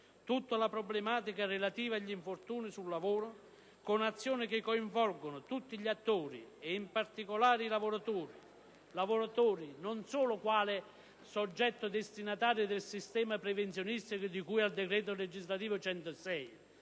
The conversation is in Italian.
l'intera problematica relativa agli infortuni sui luoghi di lavoro, con azioni che coinvolgano tutti gli attori e in particolare i lavoratori, non solo quali soggetti destinatari del sistema prevenzionistico di cui al decreto legislativo n.